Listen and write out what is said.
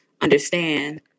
understand